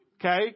okay